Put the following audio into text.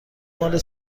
مال